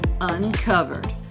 Uncovered